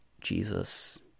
Jesus